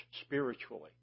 spiritually